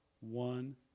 one